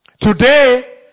Today